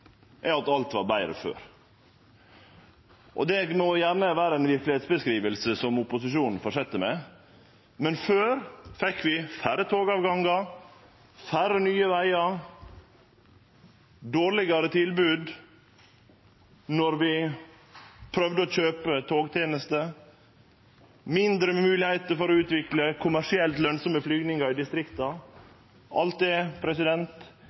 er at alt var betre før, og det må gjerne vere ei verkelegheitsbeskriving som opposisjonen held fram med, men før fekk vi færre togavgangar, færre nye vegar, dårlegare tilbod når vi prøvde å kjøpe togtenester, færre moglegheiter for å utvikle kommersielt lønsame flygingar i distrikta – alt